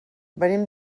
venim